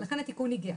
לכן התיקון הגיע.